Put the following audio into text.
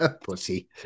Pussy